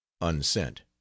Unsent